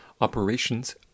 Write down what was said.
operations